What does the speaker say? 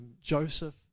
Joseph